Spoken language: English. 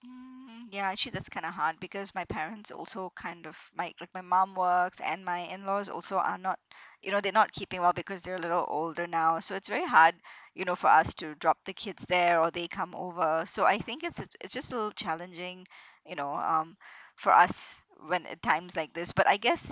mm ya actually that's kinda hard because my parents also kind of might like my mum works and my in laws also are not you know they're not keeping well because they're a little older now so it's very hard you know for us to drop the kids there or they come over so I think it's it's just a little challenging you know um for us when at times like this but I guess